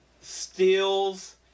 steals